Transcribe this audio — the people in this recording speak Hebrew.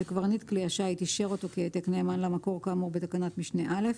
שקברניט כלי השיט אישר אותו כהעתק נאמן למקור כאמור בתקנת משנה (א),